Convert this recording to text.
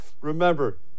Remember